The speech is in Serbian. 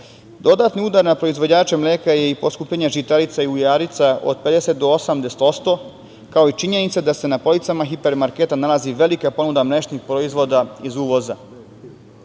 nema. Dodatni udar na proizvođače mleka je i poskupljenje žitarica i uljarica od 50 do 80%, kao i činjenica da se na policama hiper marketa nalazi velika ponuda mlečnih proizvoda iz